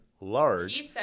large